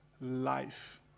life